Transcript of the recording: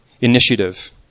initiative